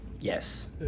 Yes